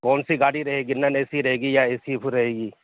کون سی گاڑی رہے گی نان اے سی رہے گی یا اے سی پھر رہے گی